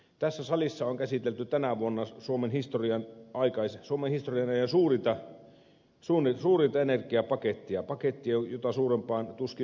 tässä salissa on käsitelty tänä vuonna suomen historian ajan suurinta energiapakettia pakettia jota suurempaa tuskin lähivuosikymmeninäkään tulee